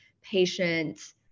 patient